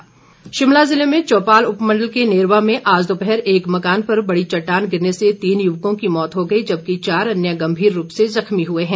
दुर्घटना शिमला ज़िले में चौपाल उपमंडल के नेरवा में आज दोपहर एक मकान पर बड़ी चट्टान गिरने से तीन युवकों की मौत हो गई जबकि चार अन्य गंभीर रूप से जख्मी हुए हैं